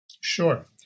Sure